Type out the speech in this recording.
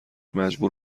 مجبور